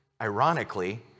ironically